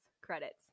credits